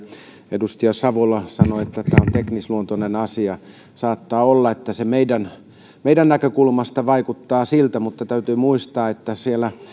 edustaja savola sanoi että tämä on teknisluontoinen asia saattaa olla että se meidän meidän näkökulmastamme vaikuttaa siltä mutta täytyy muistaa että siellä